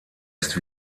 ist